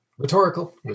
Rhetorical